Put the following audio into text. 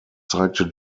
zeigte